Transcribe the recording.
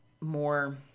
more